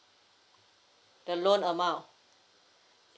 the loan amount